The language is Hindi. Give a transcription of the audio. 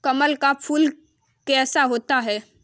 कमल का फूल कैसा होता है?